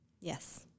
Yes